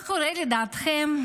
מה קורה, לדעתכם,